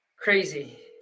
crazy